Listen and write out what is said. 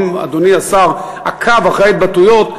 אם אדוני השר עקב אחרי ההתבטאויות,